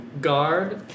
guard